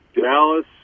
Dallas